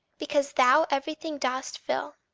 because thou everything dost fill?